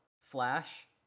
Flash